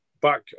back